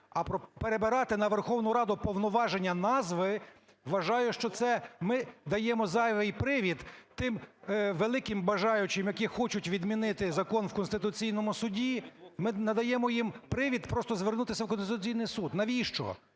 А перебирати на Верховну Раду повноваження назви, вважаю, що це ми даємо зайвий привід тим великим бажаючим, які хочуть відмінити закон в Конституційному Суді, ми надаємо їм привід просто звернутися в Конституційний Суд. Навіщо?